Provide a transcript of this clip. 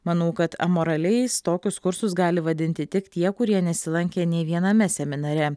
manau kad amoraliais tokius kursus gali vadinti tik tie kurie nesilankė nė viename seminare